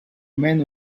man